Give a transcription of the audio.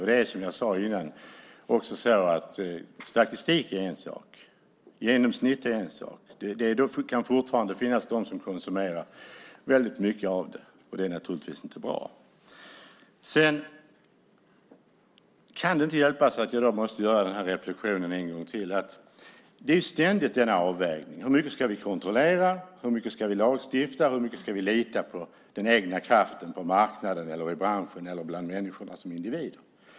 Och som jag sade tidigare är statistik en sak, genomsnitt är en sak, men det kan fortfarande finnas de som konsumerar väldigt mycket transfetter, vilket naturligtvis inte är bra. Sedan kan det inte hjälpas att jag än en gång måste göra reflexionen att det ständigt måste göras en avvägning mellan hur mycket vi ska kontrollera, hur mycket vi ska lagstifta och hur mycket vi ska lita på den egna kraften, på marknaden eller hos människorna som individer.